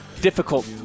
Difficult